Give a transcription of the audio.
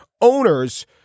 owners